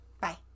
Bye